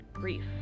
Grief